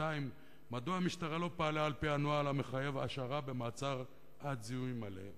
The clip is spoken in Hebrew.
2. מדוע המשטרה לא פעלה על-פי הנוהל המחייב השארה במעצר עד זיהוי מלא?